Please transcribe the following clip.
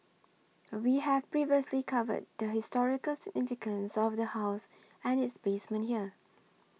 we have previously covered the historical significance of the house and its basement here